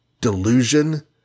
Delusion